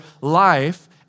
life